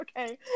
okay